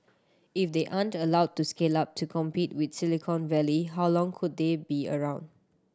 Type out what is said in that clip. if they aren't allowed to scale up to compete with Silicon Valley how long could they be around